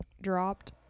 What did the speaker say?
dropped